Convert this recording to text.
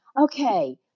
okay